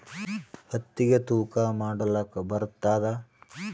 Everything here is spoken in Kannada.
ಹತ್ತಿಗಿ ತೂಕಾ ಮಾಡಲಾಕ ಬರತ್ತಾದಾ?